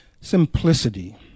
simplicity